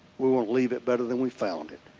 we will leave it better than we found it.